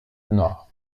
nord